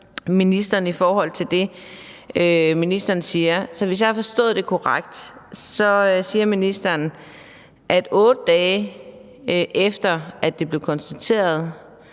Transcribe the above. ministeren siger, skal jeg lige høre om noget. Hvis jeg har forstået det korrekt, siger ministeren, at 8 dage efter det blev konstateret,